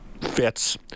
fits